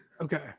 Okay